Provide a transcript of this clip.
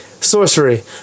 sorcery